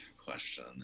question